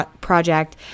project